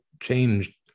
changed